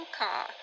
car